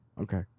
Okay